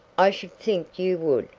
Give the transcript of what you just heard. i should think you would.